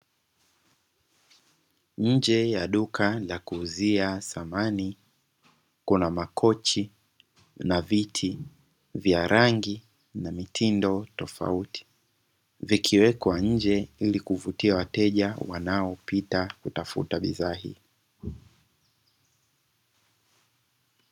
Nje ya duka la kuuzia samani kuna makochi na viti vya rangi na mitindo tofauti, vikiwekwa nje ili kuvutia wateja wanaopita kutafuta bidhaa hii.